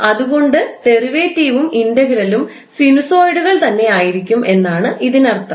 അതുകൊണ്ട് ഡെറിവേറ്റീവും ഇന്റഗ്രലും സിനുസോയിഡുകൾ തന്നെ ആയിരിക്കും എന്നാണ് ഇതിനർത്ഥം